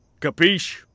Capiche